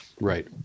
right